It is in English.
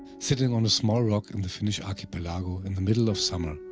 sitting on a small rock in the finnish archipelago in the middle of summer,